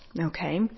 Okay